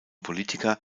politiker